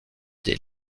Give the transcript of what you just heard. des